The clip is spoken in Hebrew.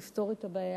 נפתור את הבעיה.